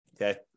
Okay